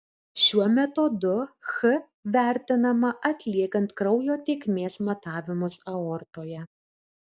šiuo metodu ch vertinama atliekant kraujo tėkmės matavimus aortoje